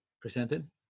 presented